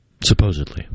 Supposedly